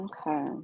Okay